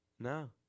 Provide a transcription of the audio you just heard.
No